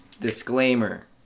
Disclaimer